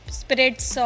spirits